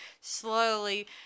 slowly